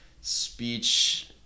speech